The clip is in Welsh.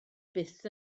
byth